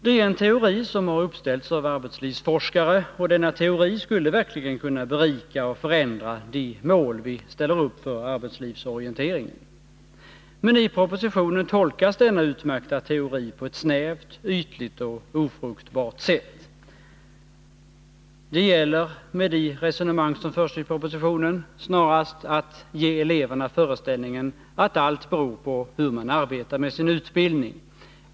Det är en teori som har uppställts av arbetslivsforskare, och denna teori skulle verkligen kunna berika och förändra de mål vi ställer upp för arbetslivsorienteringen. Men i propositionen tolkas denna utmärkta teori på ett snävt, ytligt och ofruktbart sätt. Det gäller med de resonemang som förs i propositionen snarast att ge eleverna föreställningen att allt beror på hur man arbetar med sin utbildning.